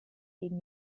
gegen